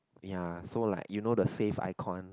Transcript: ya so like you know the save icon